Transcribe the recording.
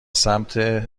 سمت